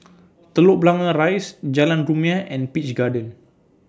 Telok Blangah Rise Jalan Rumia and Peach Garden